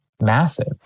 massive